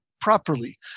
properly